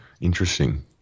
Interesting